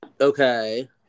Okay